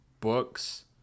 books